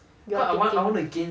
your